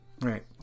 Right